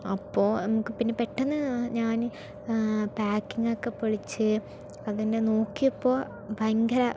അപ്പോൾ നമുക്ക് പിന്നെ പെട്ടെന്ന് ഞാന് പാക്കിങ് ഒക്കെ പൊളിച്ച് അതിൻ്റെ നോക്കിയപ്പോൾ ഭയങ്കര